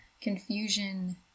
confusion